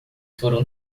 foram